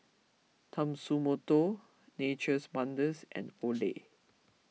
Tatsumoto Nature's Wonders and Olay